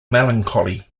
melancholy